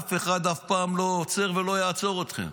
ואף אחד אף פעם לא עוצר ולא יעצור אתכם,